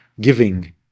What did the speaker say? giving